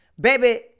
Baby